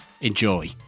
Enjoy